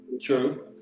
true